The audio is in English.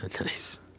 nice